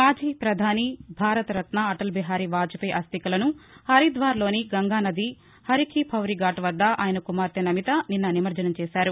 మాజీ ప్రధాని భారత రత్న అటల్ బీహారీ వాజ్ పేయీ అస్లికలను హరిద్వార్లోని గంగానది హరి కి పౌరి ఘాట్ వద్ద ఆయన కుమార్తె నమిత నిన్న నిమర్ణనం చేశారు